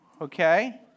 okay